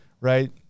right